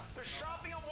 they're shopping ah